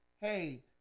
hey